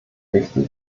wichtig